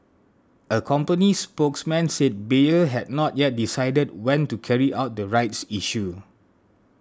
a company spokesman said Bayer had not yet decided when to carry out the rights issue